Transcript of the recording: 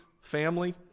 family